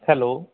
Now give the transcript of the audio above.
hello